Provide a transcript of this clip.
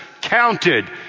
counted